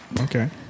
Okay